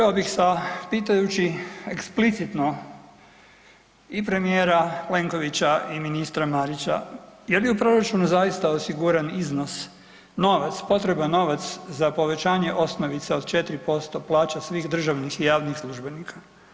Počeo bih sa pitajući eksplicitno i premijera Plenkovića i ministra Marića je li u proračunu zaista osiguran iznos, novac, potreban novac za povećanje osnovice od 4% plaća svih državnih i javnih službenika?